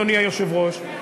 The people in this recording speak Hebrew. אדוני היושב-ראש,